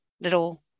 little